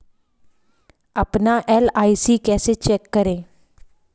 अपना एल.आई.सी कैसे चेक करें?